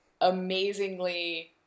amazingly